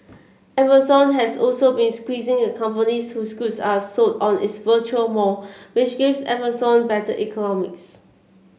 Amazon has also been squeezing the companies whose goods are sold on its virtual mall which gives Amazon better economics